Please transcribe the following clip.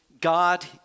God